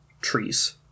trees